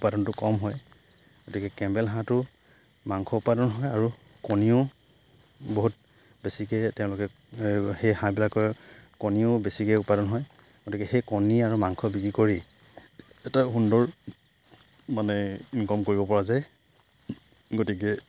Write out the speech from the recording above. উৎপাদনটো কম হয় গতিকে কেম্বেল হাঁহটো মাংস উৎপাদন হয় আৰু কণীও বহুত বেছিকে তেওঁলোকে সেই হাঁহবিলাকৰ কণীও বেছিকে উৎপাদন হয় গতিকে সেই কণী আৰু মাংস বিক্ৰী কৰি এটা সুন্দৰ মানে ইনকম কৰিব পৰা যায় গতিকে